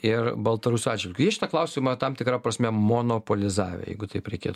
ir baltarusių atžvilgiu jie šitą klausimą tam tikra prasme monopolizavę jeigu taip reikėt